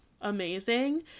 amazing